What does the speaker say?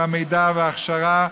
המידע וההכשרה,